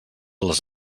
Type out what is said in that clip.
les